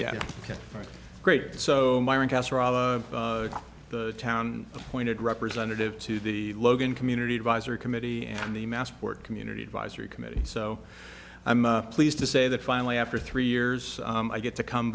yeah ok great so the town pointed representative to the logan community advisory committee and the massport community advisory committee so i'm pleased to say that finally after three years i get to come